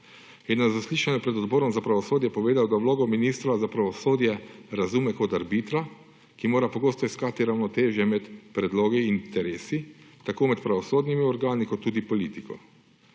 na zaslišanju pred Odborom za pravosodje povedal, da vlogo ministra za pravosodje razume kot arbitra, ki mora pogosto iskati ravnotežje med predlogi in interesi, tako med pravosodnimi organi kot tudi politiko.